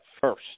first